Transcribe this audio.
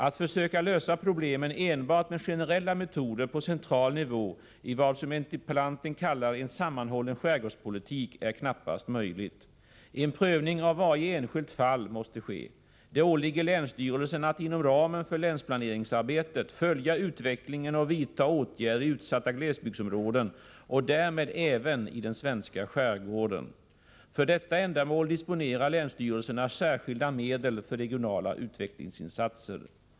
Att försöka lösa problemen enbart med generella metoder på central nivå i vad som interpellanten kallar en sammanhållen skärgårdspolitik är knappast möjligt. En prövning av varje enskilt fall måste ske. Det åligger länsstyrelserna att inom ramen för länsplaneringsarbetet följa utvecklingen och vidta åtgärder i utsatta glesbygdsområden och därmed även i den svenska skärgården. För detta ändamål disponerar länsstyrelserna särskilda medel för regionala utvecklingsinsatser.